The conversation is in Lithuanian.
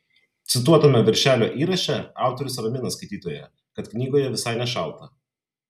cituotame viršelio įraše autorius ramina skaitytoją kad knygoje visai nešalta